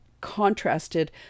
contrasted